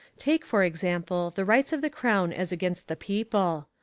take for example the rights of the crown as against the people.